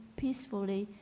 peacefully